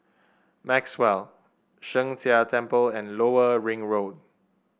Maxwell Sheng Jia Temple and Lower Ring Road